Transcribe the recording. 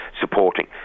supporting